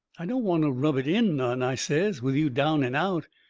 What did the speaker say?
i don't want to rub it in none, i says, with you down and out,